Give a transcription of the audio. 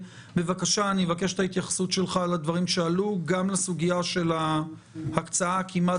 אני אבקש את ההתייחסות שלך לסוגיה של ההקצאה הכמעט